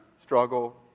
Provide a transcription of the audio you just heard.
struggle